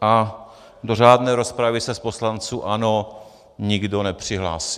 a do řádné rozpravy se z poslanců ANO nikdo nepřihlásil.